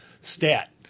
stat